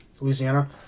Louisiana